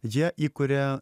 jie įkuria